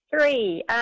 Three